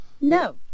No